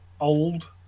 old